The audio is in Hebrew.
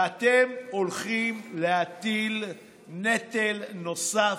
ואתם הולכים להטיל נטל נוסף,